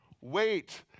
wait